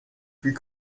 fut